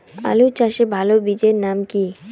আলু চাষের ভালো বীজের নাম কি?